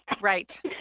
Right